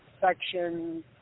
section